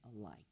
alike